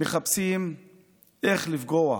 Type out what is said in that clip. מחפשים איך לפגוע